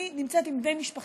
אני נמצאת עם בני משפחתי,